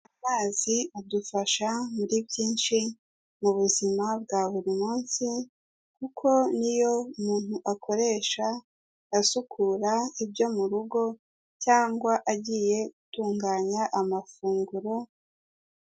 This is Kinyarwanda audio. Amazi adufasha muri byinshi mu buzima bwa buri munsi, kuko niyo umuntu akoresha asukura ibyo mu rugo, cyangwa agiye gutunganya amafunguro.